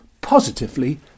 positively